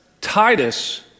Titus